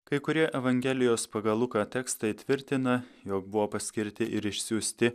kai kurie evangelijos pagal luką tekstai tvirtina jog buvo paskirti ir išsiųsti